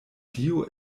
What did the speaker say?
dio